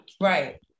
Right